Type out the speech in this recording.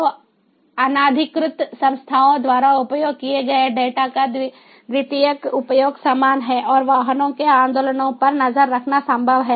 तो अनाधिकृत संस्थाओं द्वारा उपयोग किए गए डेटा का द्वितीयक उपयोग समान है और वाहनों के आंदोलनों पर नज़र रखना संभव है